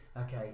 okay